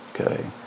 Okay